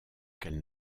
qu’elle